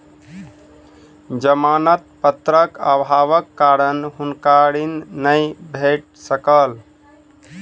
जमानत पत्रक अभावक कारण हुनका ऋण नै भेट सकल